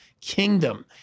kingdom